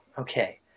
okay